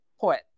poet